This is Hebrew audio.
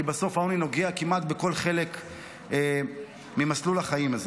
כי בסוף העוני נוגע כמעט בכל חלק ממסלול החיים הזה.